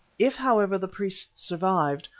if, however, the priest survived,